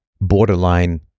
borderline